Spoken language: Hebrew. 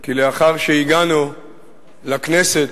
כי לאחר שהגענו לכנסת,